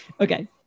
Okay